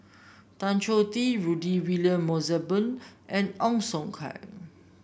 Tan Choh Tee Rudy William Mosbergen and Ong Siong Kai